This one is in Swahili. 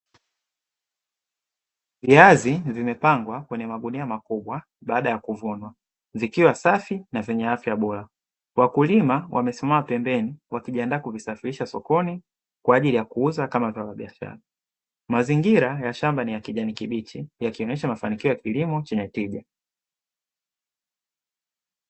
Viazi vimepangwa kwenye magunia makubwa baada ya kuvunwa zikiwa safi na zenye afya bora, wakulima wamesimama pembeni wakijiandaa kuvisafirisha sokoni kwa ajili ya kuuza kama vya wafanyabiashara, mazingira ya shamba ni ya kijani kibichi yakionyesha mafanikio ya kilimo chenye tija.